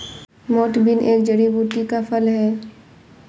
मोठ बीन एक जड़ी बूटी का फल है